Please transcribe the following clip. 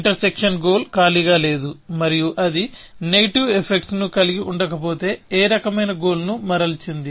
inter section goal ఖాళీగా లేదు మరియు అది నెగెటివ్ ఎఫెక్ట్స్ను కలిగి ఉండకపోతే ఏ రకమైన గోల్ ని మరల్చింది